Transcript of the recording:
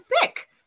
thick